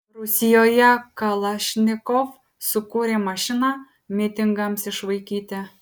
rusijoje kalašnikov sukūrė mašiną mitingams išvaikyti